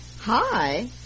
Hi